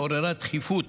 התעוררה דחיפות